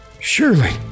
Surely